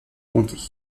comté